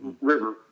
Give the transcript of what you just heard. river